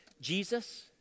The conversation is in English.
Jesus